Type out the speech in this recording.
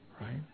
Right